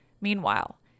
meanwhile